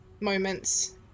moments